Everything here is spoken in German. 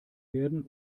werden